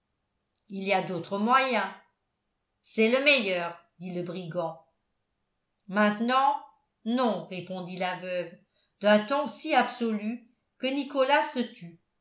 il y a d'autres moyens c'est le meilleur dit le brigand maintenant non répondit la veuve d'un ton si absolu que nicolas se tut